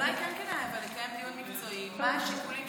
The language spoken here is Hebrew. אבל אולי כן כדאי לקיים דיון מקצועי: מה השיקולים,